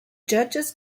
judges